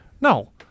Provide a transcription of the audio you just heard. No